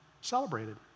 celebrated